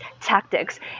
tactics